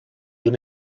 una